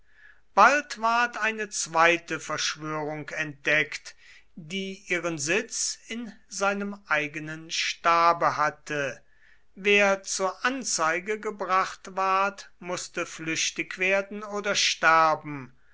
bald ward eine zweite verschwörung entdeckt die ihren sitz in seinem eigenen stabe hatte wer zur anzeige gebracht ward mußte flüchtig werden oder sterben